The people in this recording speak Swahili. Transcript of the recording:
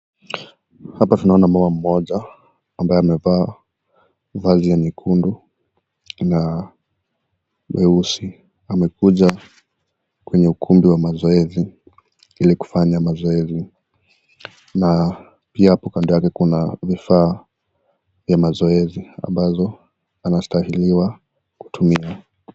Hapa tunaona mama mmoja ambaye maevaa vazi la nyekundu na leusi. Amekuja kwenye ukumbi wa zoezi ili kufanya mazoezi .Na pia kando yake kuna vifaa vya mazoezi anazostahili kutumia.